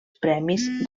premis